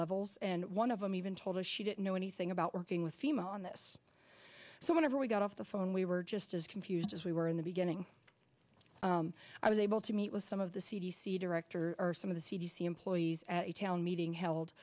levels and one of them even told us she didn't know anything about working with female on this so whenever we got off the phone we were just as confused as we were in the beginning i was able to meet with some of the c d c director some of the c d c employees at a town meeting held